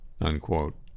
unquote